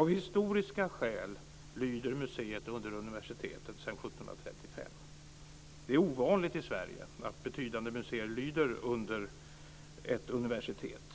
Av historiska skäl lyder museet under universitetet sedan år 1735. Det är ovanligt i Sverige att betydande museer lyder under ett universitet.